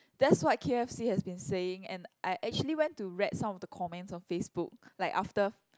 that's what K_f_C has been saying and I actually went to read some of the comments on Facebook like after